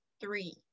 three